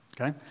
okay